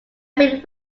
bit